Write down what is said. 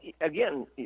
again